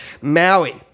Maui